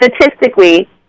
statistically